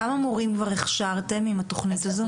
כמה מורים כבר הכשרתם עם התוכנית הזו?